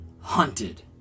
hunted